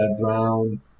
Brown